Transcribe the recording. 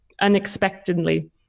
unexpectedly